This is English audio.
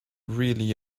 really